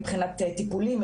מבחינת טיפולים,